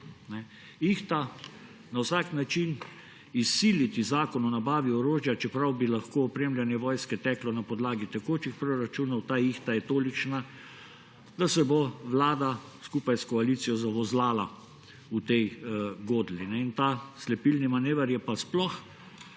Ihta na vsak način izsiliti zakon o nabavi orožja, čeprav bi lahko opremljanje vojske teklo na podlagi tekočih proračunov, ta ihta je tolikšna, da se bo vlada skupaj s koalicijo zavozlala v tej godlji. Ta slepilni manever je pa sploh